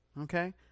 Okay